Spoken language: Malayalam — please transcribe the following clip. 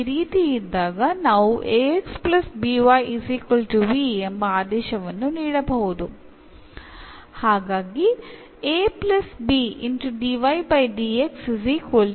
ഇതിൽ നിന്നും നമുക്ക് എന്നു ലഭിക്കുന്നു